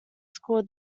school